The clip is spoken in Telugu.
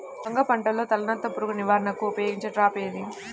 వంగ పంటలో తలనత్త పురుగు నివారణకు ఉపయోగించే ట్రాప్ ఏది?